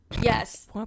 Yes